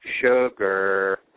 sugar